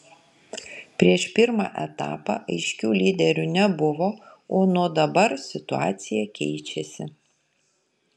prieš pirmą etapą aiškių lyderių nebuvo o nuo dabar situacija keičiasi